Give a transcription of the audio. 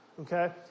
Okay